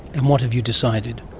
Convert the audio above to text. and what have you decided?